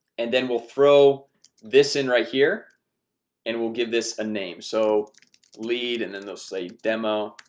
and then we'll throw this in right here and we'll give this a name so lead and then they'll say demo